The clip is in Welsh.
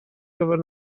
gyfer